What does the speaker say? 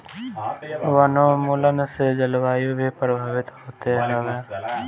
वनोंन्मुलन से जलवायु भी प्रभावित होत हवे